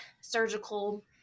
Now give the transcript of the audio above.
surgical